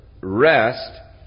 rest